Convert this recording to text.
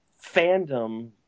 fandom